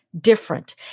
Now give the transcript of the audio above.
different